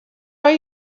are